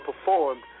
performed